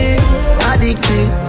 Addicted